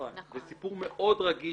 זה סיפור מאוד רגיש.